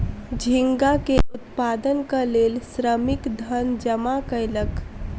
झींगा के उत्पादनक लेल श्रमिक धन जमा कयलक